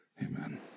Amen